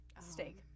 Steak